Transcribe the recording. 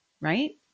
right